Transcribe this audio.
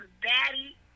daddy